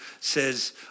says